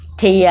thì